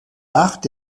abstieg